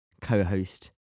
co-host